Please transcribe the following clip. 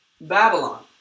Babylon